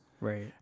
Right